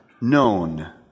known